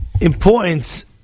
importance